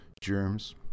Germs